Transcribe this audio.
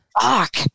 fuck